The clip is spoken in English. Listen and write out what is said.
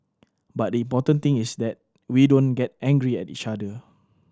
but the important thing is that we don't get angry at each other